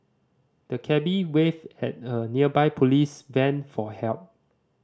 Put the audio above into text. the cabby waved at a nearby police van for help